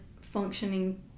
functioning